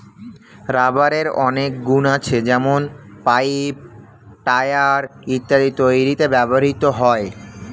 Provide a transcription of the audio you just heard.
রাবারের অনেক গুন আছে যেমন পাইপ, টায়র ইত্যাদি তৈরিতে ব্যবহৃত হয়